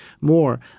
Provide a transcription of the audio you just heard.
more